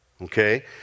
Okay